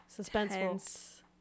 suspenseful